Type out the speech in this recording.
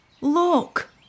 Look